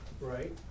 right